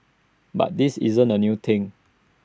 but this isn't A new thing